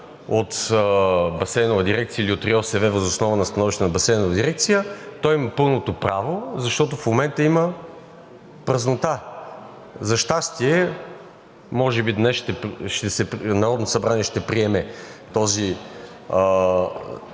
от Басейнова дирекция или от РИОСВ въз основа на становище на Басейнова дирекция, има пълното право, защото в момента има празнота. За щастие, може би днес Народното събрание ще приеме този